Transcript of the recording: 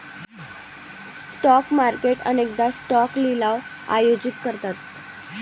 stock market अनेकदा stock लिलाव आयोजित करतात